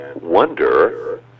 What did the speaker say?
wonder